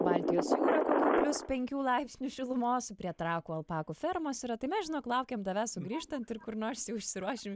baltijos jūra kokių plius penkių laipsnių šilumos prie trakų alpakų fermos yra tai mes žinok laukiam tavęs sugrįžtant ir kur nors jau išsiruošim